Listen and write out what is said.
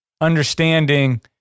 understanding